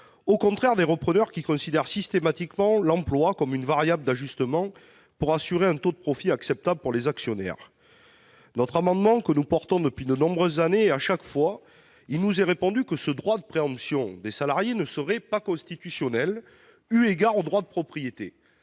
au contraire des repreneurs qui considèrent systématiquement l'emploi comme une variable d'ajustement et ne cherchent qu'à assurer un taux de profit acceptable pour les actionnaires. C'est un amendement que nous présentons depuis de nombreuses années. À chaque fois, il nous est répondu que ce droit de préemption des salariés ne serait pas constitutionnel eu égard au droit de propriété,